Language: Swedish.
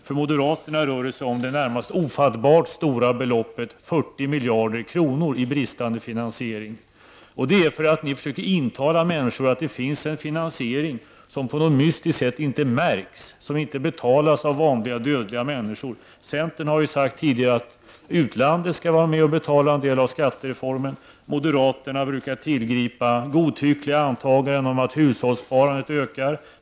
För moderaterna rör det sig om det närmast ofattbart stora beloppet 40 miljarder kronor i bristande finansiering. Och det är för att ni försöker intala människor att det finns en finansiering som på något mystiskt sätt inte märks, som inte betalas av vanliga dödliga människor. Centern har ju tidigare sagt att utlandet skall vara med och betala en del av skattereformen. Moderaterna brukar tillgripa godtyckliga antaganden om att hushållssparandet ökar.